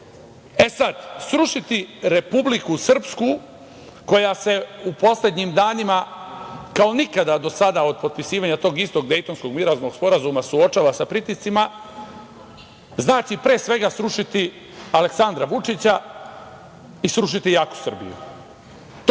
prostorima. Srušiti Republiku Srpsku koja se u poslednjim danima kao nikada do sada od potpisivanja tog istog Dejtonskog mirovnog sporazuma suočava sa pritiscima znači pre svega srušiti Aleksandra Vučića i srušiti jaku Srbiju.